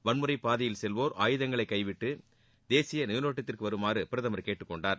வன்முறைப்பாதையில் செல்வோர் ஆயுதங்களை கைவிட்டு தேசிய நீரோட்டத்திற்கு வருமாறு பிரதமர் கேட்டுக்கொண்டார்